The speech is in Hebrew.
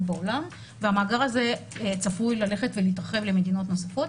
בעולם והמאגר הזה צפוי ללכת ולהתרחב למדינות נוספות.